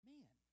Man